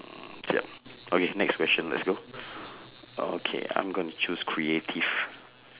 ya okay next question let's go okay I'm going to choose creative